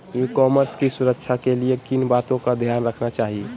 ई commerce की सुरक्षा के लिए किन बातों का ध्यान रखना चाहिए?